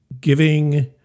Giving